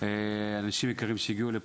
אנשים יקרים שהגיעו לפה,